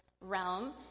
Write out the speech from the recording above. realm